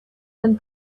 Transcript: and